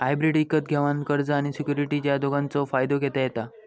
hybrid इकत घेवान कर्ज आणि सिक्युरिटीज या दोघांचव फायदो घेता येता